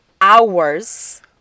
hours